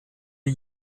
die